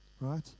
Right